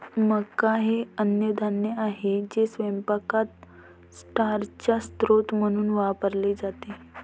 मका हे अन्नधान्य आहे जे स्वयंपाकात स्टार्चचा स्रोत म्हणून वापरले जाते